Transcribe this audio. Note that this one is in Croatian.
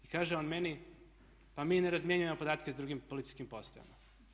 Kaže on meni, pa mi ne razmjenjujemo podatke s drugim policijskim postajama.